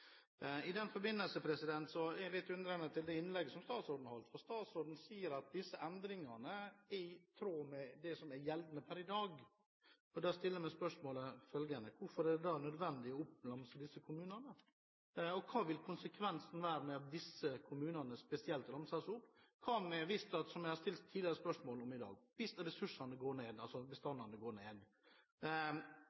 I den forbindelse er jeg litt undrende til det innlegget som statsråden holdt, for statsråden sier at disse endringene er i tråd med det som er gjeldende per i dag. Da stiller jeg følgende spørsmål: Hvorfor er det da nødvendig å ramse opp disse kommunene? Og hva vil konsekvensen av at disse kommunene spesielt ramses opp, være? Hva om – som jeg har stilt spørsmål om tidligere i dag – ressursene, altså bestandene, går ned?